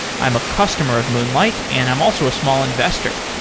i'm a customer of moonlight and i'm also a small investor.